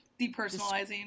depersonalizing